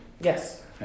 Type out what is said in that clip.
Yes